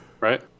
right